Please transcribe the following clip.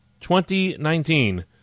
2019